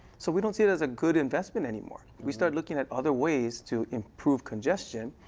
so we don't see it as a good investment any more. we start looking at other ways to improve congestion,